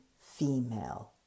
female